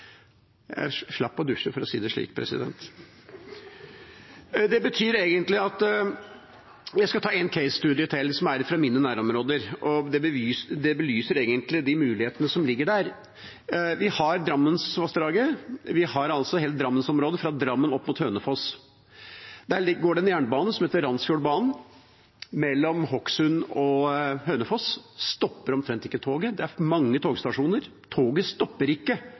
Jeg slapp å dusje, for å si det slik. Jeg skal ta en case til fra mine nærområder, og det belyser egentlig de mulighetene som ligger der. Vi har Drammensvassdraget. Vi har hele Drammensområdet fra Drammen opp mot Hønefoss. Der går det en jernbane som heter Randsfjordbanen. Mellom Hokksund og Hønefoss stopper omtrent ikke toget. Det er mange togstasjoner. Toget stopper ikke,